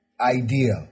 idea